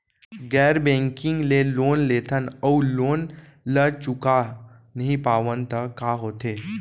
गैर बैंकिंग ले लोन लेथन अऊ लोन ल चुका नहीं पावन त का होथे?